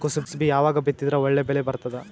ಕುಸಬಿ ಯಾವಾಗ ಬಿತ್ತಿದರ ಒಳ್ಳೆ ಬೆಲೆ ಬರತದ?